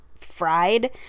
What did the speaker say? fried